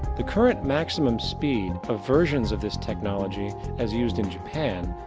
the current maximum speed of versions of this technology, as used in japan,